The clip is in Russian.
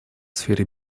сфере